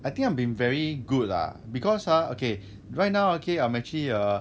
I think I'm been very good lah because !huh! okay right now okay I'm actually err